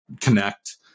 connect